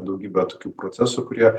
daugybę tokių procesų kurie